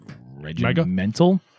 Regimental